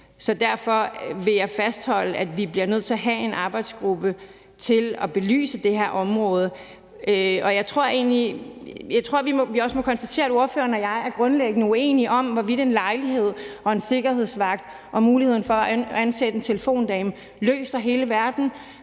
så derfor vil jeg fastholde, at vi bliver nødt til at have en arbejdsgruppe til at belyse det her område. Jeg tror egentlig, vi også må konstatere, at ordføreren og jeg grundlæggende er uenige om, hvorvidt en lejlighed og en sikkerhedsvagt og muligheden for at ansætte en telefondame løser hele deres